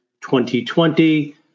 2020